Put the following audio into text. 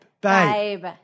Babe